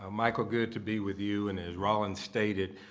ah michael, good to be with you. and as roland stated,